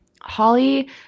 Holly